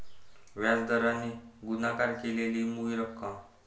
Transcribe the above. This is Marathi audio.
व्याज दराने गुणाकार केलेली मूळ रक्कम